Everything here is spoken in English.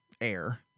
air